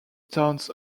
towns